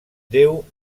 déu